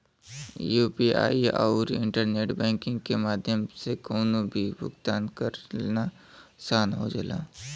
UPI आउर internet banking के माध्यम से कउनो भी भुगतान करना आसान हो जाला